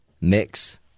mix